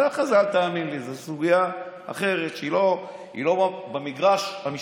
תאמין לי, זו סוגיה אחרת, שהיא לא במגרש המשפטי.